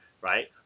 right